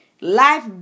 life